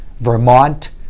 Vermont